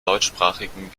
deutschsprachigen